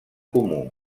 comú